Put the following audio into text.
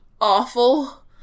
awful